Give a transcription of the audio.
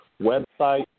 website